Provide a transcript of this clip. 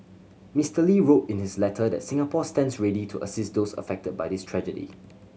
Mister Lee wrote in his letter that Singapore stands ready to assist those affected by this tragedy